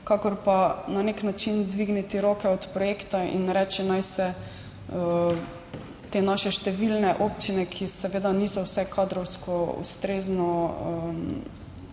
kakor pa na nek način dvigniti roke od projekta in reči, naj se te naše številne občine, ki seveda niso vse kadrovsko ustrezno